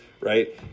right